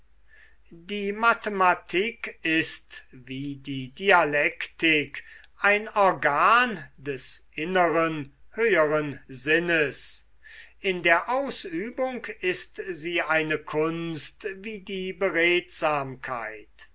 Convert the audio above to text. die mathematik ist wie die dialektik ein organ des inneren höheren sinnes in der ausübung ist sie eine kunst wie die